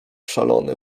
szalony